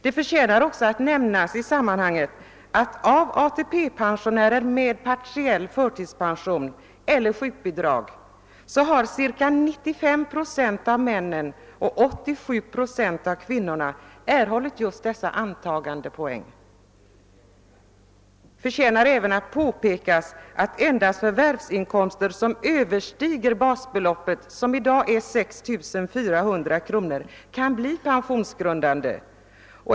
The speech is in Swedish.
Det förtjänar i detta sammanhang nämnas att av ATP-pensionärer med partiell förtidspension eller sjukbidrag har ca 95 procent av männen och 87 procent av kvinnorna erhållit sådana antagandepoäng. Det bör dessutom påpekas att endast förvärvsinkomster som överstiger basbeloppet, i dag 6 400 kronor, kan bli pensionsgrundande.